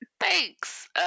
Thanks